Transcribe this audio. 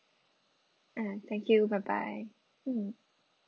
ah thank you bye bye mm